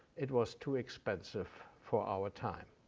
it was too expensive for our time.